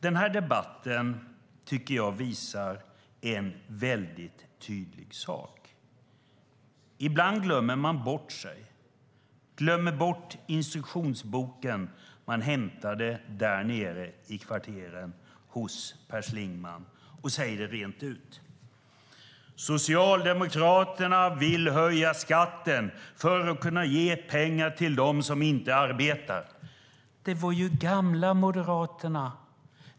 Den här debatten visar en väldigt tydlig sak. Ibland glömmer man bort sig och glömmer bort instruktionsboken man hämtade där nere i kvarteren hos Per Schlingmann och säger det rent ut: Socialdemokraterna vill höja skatten för att kunna ge pengar till dem som inte arbetar. Det var ju Gamla moderaterna!